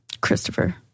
Christopher